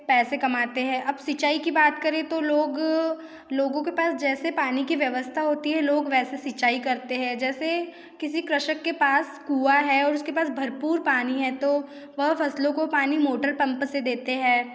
पैसे कमाते हैं अब सिंचाई की बात करें तो लोग लोगों के पास जैसे पानी की व्यवस्था होती है लोग वैसे सिंचाई करते हैं जैसे किसी कृषक के पास कुँआ है और उसके पास भरपूर पानी है तो वह फसलों को पानी मोटर पम्प से देते हैं